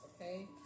okay